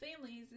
families